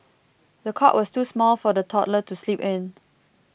the cot was too small for the toddler to sleep in